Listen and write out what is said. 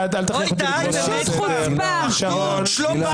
העיקר שלום בית,